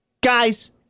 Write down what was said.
Guys